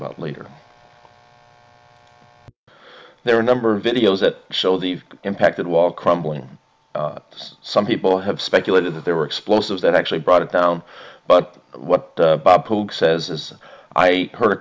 about later there are a number of videos that show the impact that wall crumbling some people have speculated that there were explosives that actually brought it down but what says is i heard a